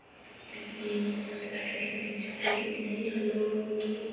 ओह्दी बैटरी किन्ने दिन चलदी किन्ने नेईं हैल्लो